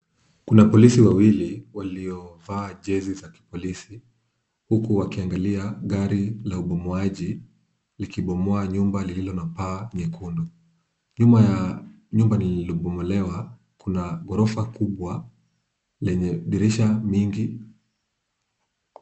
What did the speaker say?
Kuna polisi wawili waliovaa jezi za kipolisi, huku wakiangalia gari la ubomoaji, likibomoa nyumba lililo la paa nyekundu. Nyuma ya nyumba lililo bomolewa kuna ghorofa kubwa lenye dirisha mingi.